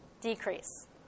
Decrease